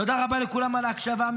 תודה רבה לכולם על ההקשבה.